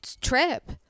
trip